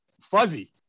fuzzy